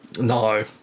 No